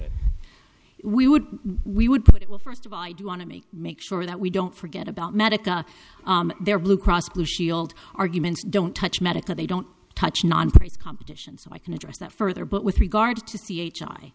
it we would we would put it well first of all i do want to make make sure that we don't forget about medica their blue cross blue shield arguments don't touch medicare they don't touch non profits competition so i can address that further but with regard to c h